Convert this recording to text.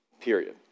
period